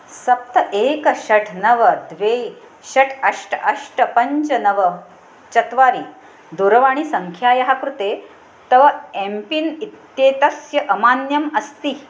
सप्त एक षट् नव द्वे षट् अष्ट अष्ट पञ्च नव चत्वारि दूरवाणीसङ्ख्यायाः कृते तव एम् पिन् इत्येतस्य अमान्यम् अस्ति